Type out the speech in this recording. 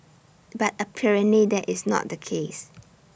but apparently that is not the case